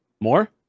More